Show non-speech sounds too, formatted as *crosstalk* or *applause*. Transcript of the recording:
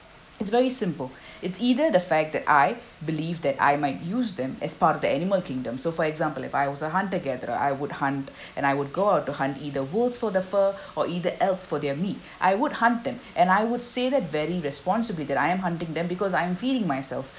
it's very simple it's either the fact that I believe that I might use them as part of the animal kingdom so for example if I was a hunter gatherer I would hunt *breath* and I would go out to hunt either wolves for the fur or either elks for their meat I would hunt them and I would say that very responsibly that I am hunting them because I am feeding myself